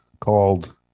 called